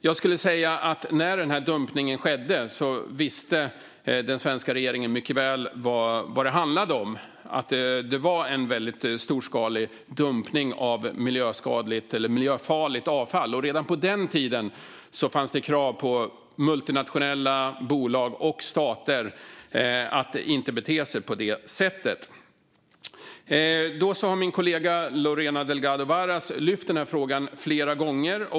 Jag skulle säga att den svenska regeringen mycket väl visste vad det handlade om när den här dumpningen skedde: att det var en väldigt storskalig dumpning av miljöfarligt avfall. Redan på den tiden fanns det krav på multinationella bolag och stater att inte bete sig på det sättet. Min kollega Lorena Delgado Varas har lyft den här frågan flera gånger.